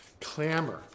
Clamor